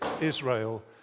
Israel